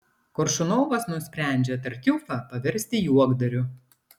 koršunovas nusprendžia tartiufą paversti juokdariu